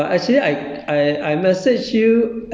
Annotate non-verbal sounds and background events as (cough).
(laughs) 你刚刚起来 mah